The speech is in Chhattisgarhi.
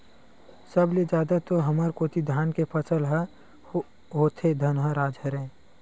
सब ले जादा तो हमर कोती धाने के फसल ह होथे धनहा राज हरय